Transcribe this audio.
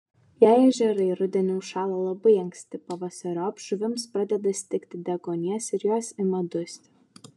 jei ežerai rudenį užšąla labai anksti pavasariop žuvims pradeda stigti deguonies ir jos ima dusti